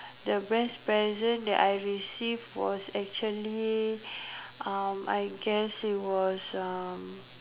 the best present that I received was actually uh I guess it was uh